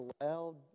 allowed